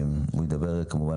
אני מבין שהוא ידבר באנגלית.